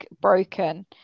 broken